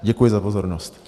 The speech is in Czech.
Děkuji za pozornost.